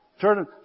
Turn